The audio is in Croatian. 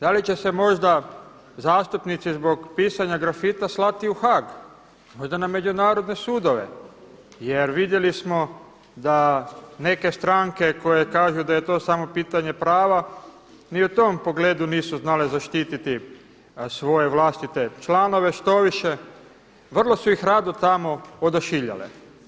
Da li će se možda zastupnici zbog pisanja grafita slati u Haag, možda na međunarodne sudove jer vidjeli smo da neke stranke koje kažu da je to samo pitanje prava, ni u tom pogledu nisu znale zaštititi svoje vlastite članove, štoviše vrlo su ih rado tamo odašiljale.